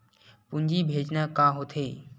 पूंजी भेजना का होथे?